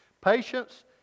Patience